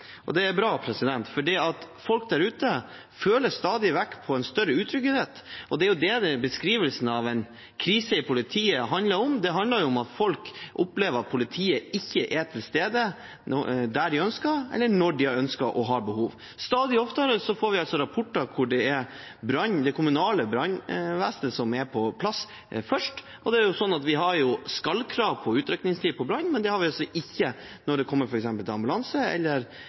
det. Det er bra, for folk der ute føler på en stadig større utrygghet, og det er jo det beskrivelsen av en krise i politiet handler om. Det handler om at folk opplever at politiet ikke er til stede der de ønsker, eller når de ønsker og har behov. Stadig oftere får vi rapporter om at det er det kommunale brannvesenet som er først på plass. Vi har jo skal-krav når det gjelder utrykningstid for brann, men det har vi ikke når det kommer til f.eks. ambulanse eller